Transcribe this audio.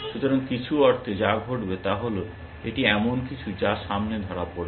সুতরাং কিছু অর্থে যা ঘটবে তা হল এটি এমন কিছু যা সামনে ধরা পড়বে